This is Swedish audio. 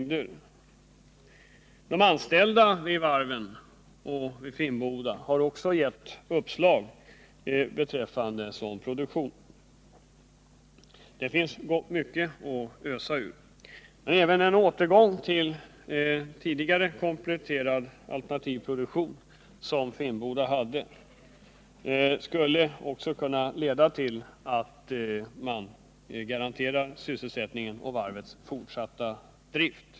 De anställda vid varven har också gett uppslag beträffande sådan produktion —det finns mycket att ösa ur. Även en återgång till den tidigare kompletterande alternativa produktion som Finnboda hade skulle kunna leda till att man garanterar sysselsättningen och varvets fortsatta drift.